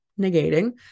negating